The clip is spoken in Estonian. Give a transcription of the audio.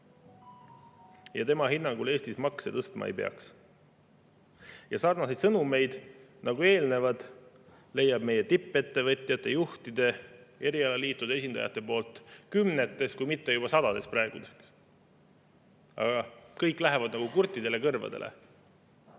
Tema hinnangul Eestis makse tõstma ei peaks. Sarnaseid sõnumeid nagu eelnevad leiab meie tippettevõtjate, juhtide, erialaliitude esindajate poolt kümnetes, kui mitte juba sadades praeguseks. Aga kõik lähevad nagu kurtidele kõrvadele.